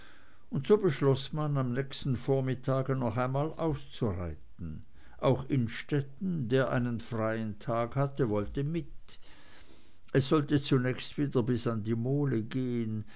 und so beschloß man am nächsten vormittag noch einmal auszureiten auch innstetten der einen freien tag hatte wollte mit es sollte zunächst wieder bis an die mole gehen